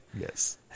Yes